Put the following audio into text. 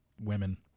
women